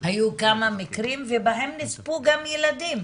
ובהם נספו גם ילדים,